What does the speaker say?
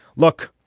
look,